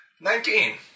Nineteen